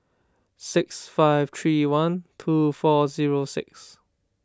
six five three one two four zero six